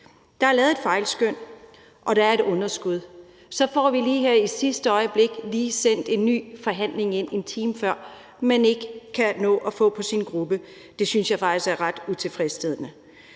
Der er lavet et fejlskøn, og der er et underskud, og så får vi lige her i sidste øjeblik sendt en ny forhandling ind, en time før, som man ikke kan nå at få vendt med sin gruppe. Det synes jeg faktisk er ret utilfredsstillende.